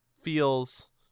feels